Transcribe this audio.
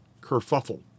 kerfuffle